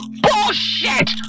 bullshit